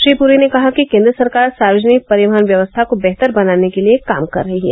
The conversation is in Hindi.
श्री पुरी ने कहा कि केन्द्र सरकार सार्वजनिक परिवहन व्यवस्था को बेहतर बनाने के लिए काम कर रही है